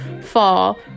fall